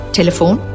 Telephone